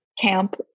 camp